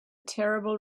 terrible